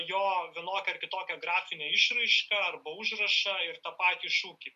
jo vienokią ar kitokią grafinę išraišką arba užrašą ir tą patį šūkį